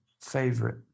favorite